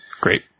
Great